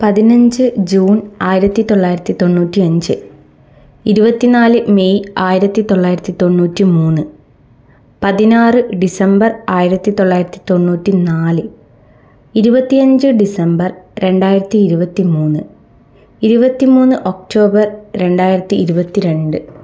പതിനഞ്ച് ജൂൺ ആയിരത്തി തൊള്ളായിരത്തി തൊണ്ണൂറ്റി അഞ്ച് ഇരുപത്തി നാല് മെയ് ആയിരത്തി തൊള്ളായിരത്തി തൊണ്ണൂറ്റി മൂന്ന് പതിനാറ് ഡിസംബർ ആയിരത്തി തൊള്ളായിരത്തി തൊണ്ണൂറ്റി നാല് ഇരുപത്തി അഞ്ച് ഡിസംബർ രണ്ടായിരത്തി ഇരുപത്തി മൂന്ന് ഇരുപത്തി മൂന്ന് ഒക്ടോബർ രണ്ടായിരത്തി ഇരുപത്തി രണ്ട്